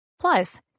Plus